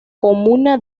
comuna